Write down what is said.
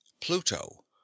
Pluto